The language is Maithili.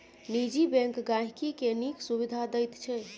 निजी बैंक गांहिकी केँ नीक सुबिधा दैत छै